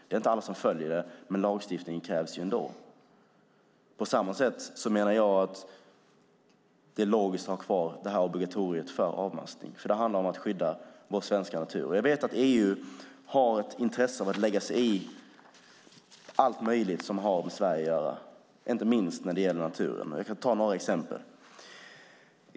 Det är inte alla som följer lagstiftningen, men lagstiftning krävs ändå. På samma sätt menar jag att det är logiskt att ha kvar detta obligatorium om avmaskning eftersom det handlar om att skydda vår svenska natur. Jag vet att EU har ett intresse av att lägga sig i allt möjligt som har med Sverige att göra, inte minst när det gäller naturen. Jag kan ta några exempel.